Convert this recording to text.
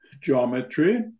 geometry